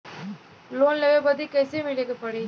Loan लेवे बदी कैसे मिले के पड़ी?